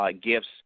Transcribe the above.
gifts